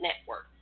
Network